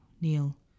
Neil